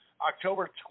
October